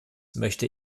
möchte